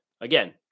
Again